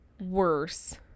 worse